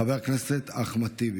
חבר הכנסת אחמד טיבי.